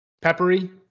peppery